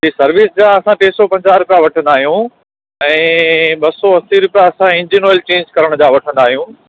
ॿी सर्विस जा असां टे सौ पंजाह रुपया वठंदा आहियूं ऐं ॿ सौ असी रुपिया असां इंजिन ऑयल चेंज करण जा वठंदा आहियूं